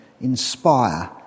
inspire